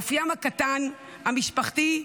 אופיים הקטן, המשפחתי,